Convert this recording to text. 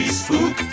spook